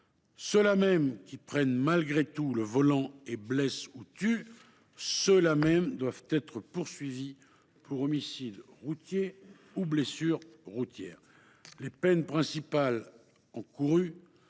ceux là mêmes qui prennent malgré tout le volant et qui blessent ou tuent, ceux là mêmes doivent être poursuivis pour homicide routier ou blessures routières. Les peines principales encourues